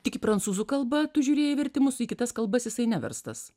tik į prancūzų kalbą tu žiūrėjai vertimus į kitas kalbas jisai neverstas